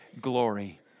glory